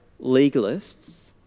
legalists